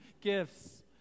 gifts